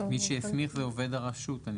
מי שהסמיך לעובד הרשות.